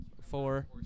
four